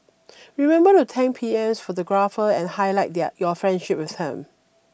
remember to thank P M's photographer and highlight there your friendship with him